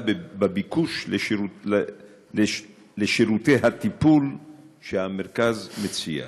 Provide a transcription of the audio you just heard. בביקוש לשירותי הטיפול שהמרכז מציע.